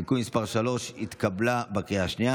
התשפ"ג 2023, התקבלה בקריאה השנייה.